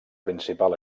principal